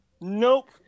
nope